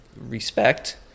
respect